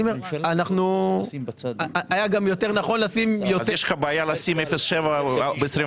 אני אומר שהיה יותר נכון לשים יותר --- יש לך בעיה לשים 0.7 ב-24'?